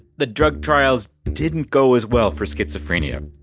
the drug trials didn't go as well for schizophrenia,